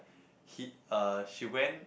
he uh she went